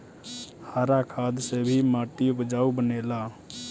हरा खाद से भी माटी उपजाऊ बनेला